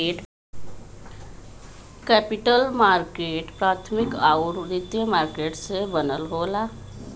capital market प्राथमिक आउर द्वितीयक मार्केट से बनल होला